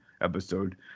episode